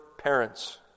Parents